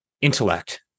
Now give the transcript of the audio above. intellect